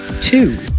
Two